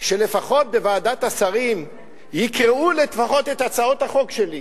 שבוועדת השרים יקראו לפחות את הצעות החוק שלי.